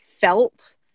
felt